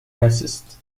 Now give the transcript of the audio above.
assist